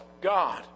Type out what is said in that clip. God